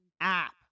app